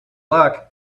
luck